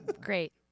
great